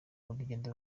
urugendo